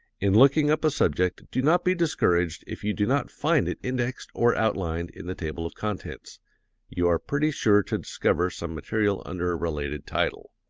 in looking up a subject do not be discouraged if you do not find it indexed or outlined in the table of contents you are pretty sure to discover some material under a related title.